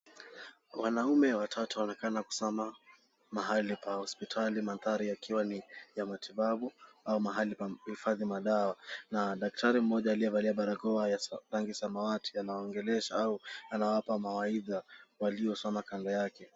Wanaume watatu wanaonekana kukusanya mahali pa hospitali. Mandhari yakiwa ni ya matibabu au mahali pa kuhifadhi madawa. Na daktari mmoja aliyevalia balakoa ya sama rangi ya samawati, anawaongelesha au akiwapea mawaidha, waliosimama kando yake.